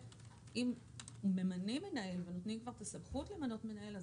באמת אם ממנים מנהל ונותנים כבר את הסמכות למנות מנהל אז